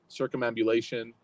circumambulation